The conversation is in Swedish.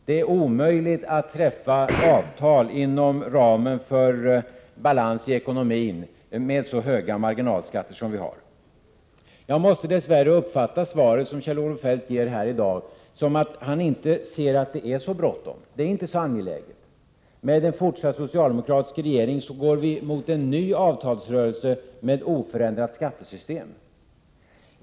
Det är omöjligt att träffa avtal och samtidigt ha balans i ekonomin med så höga marginalskatter som vi har. Jag måste dess värre uppfatta det besked som Kjell-Olof Feldt ger här i dag som att han inte ser det brådskande eller angeläget. Med en fortsatt socialdemokratisk regering går vi mot en ny avtalsrörelse med ett oförändrat skattesystem.